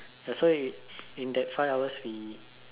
that's why in that five hours we